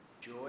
Joy